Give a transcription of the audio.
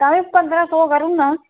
तां बी पंदरां सौ करी ओड़ना